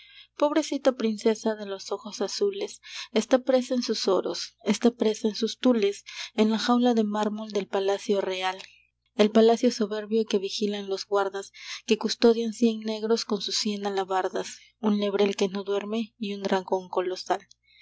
pobrecita princesa de los ojos azules está presa en sus oros está presa en sus tules en la jaula de mármol del palacio real el palacio soberbio que vigilan los guardas que custodian cien negros con sus cien alabardas un lebrel que no duerme y un dragón colosal